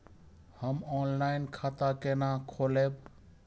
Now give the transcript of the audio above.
हम ऑनलाइन खाता केना खोलैब?